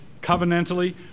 covenantally